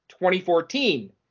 2014